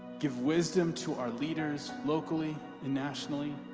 give wisdom to our leaders locally and nationally